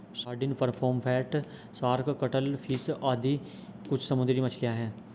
sardine, pomfret, shark, cuttlefish आदि कुछ समुद्री मछलियाँ हैं